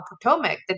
Potomac